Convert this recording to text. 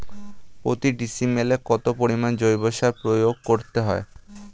প্রতি ডিসিমেলে কত পরিমাণ জৈব সার প্রয়োগ করতে হয়?